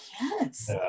yes